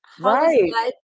Right